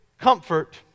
Comfort